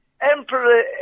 Emperor